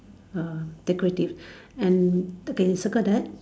err decorative and okay circle that